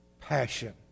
passion